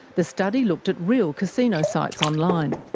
the study looked at real casino sites online.